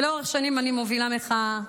ולאורך שנים אני מובילה מחאה.